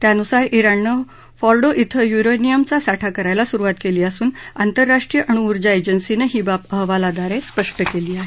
त्यानुसार जिणनं फॉर्डो िक युरोनियमचा साठा करायला सुरुवात केली असून आंतरराष्ट्रीय अणु उर्जा एजन्सीनं ही बाब अहवालाद्वारे स्पष्ट केली आहे